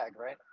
right